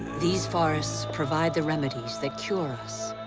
these forests provide the remedies that cure us.